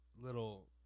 little